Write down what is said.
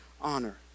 honor